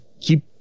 keep